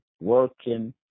working